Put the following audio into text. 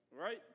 right